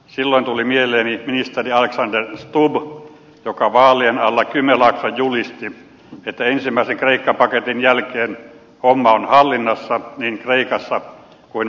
silloin tuli mieleeni ministeri alexander stubb joka vaalien alla kymenlaaksossa julisti että ensimmäisen kreikka paketin jälkeen homma on hallinnassa niin kreikassa kuin muuallakin euroopassa